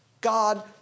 God